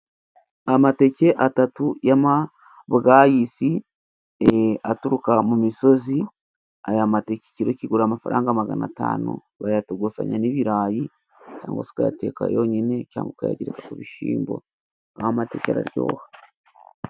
Amateke atatu yamabwayisi aturuka mu misozi aya mateke ikiro kigura amafaranga magana atanu bayatogosanya n'ibirayi cyangwa se ukayateka yonyine cyangwa ukayagereka ku bishimbo ayamateke araryoha.